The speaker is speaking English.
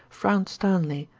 frowned sternly,